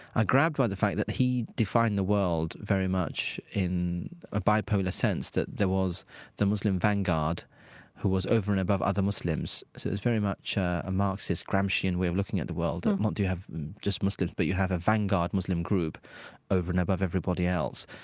are grabbed by the fact that he defined the world very much in a bipolar sense, that there was the muslim vanguard who was over and above other muslims. so it's very much a a marxist-gramscian way of looking at the world. not just muslims but you have a vanguard muslim group over and above everybody else,